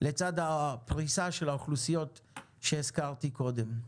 לצד הפריסה של האוכלוסיות שהזכרתי קודם.